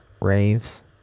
Raves